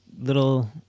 little